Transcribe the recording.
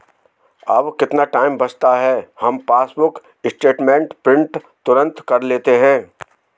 अब कितना टाइम बचता है, हम पासबुक स्टेटमेंट प्रिंट तुरंत कर लेते हैं